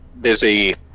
busy